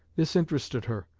this interested her,